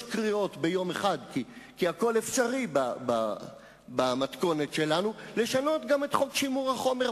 אי-אפשר לנתק את שני הדברים,